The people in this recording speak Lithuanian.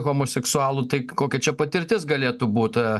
homoseksualų tai kokia čia patirtis galėtų būt